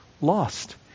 lost